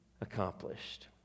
accomplished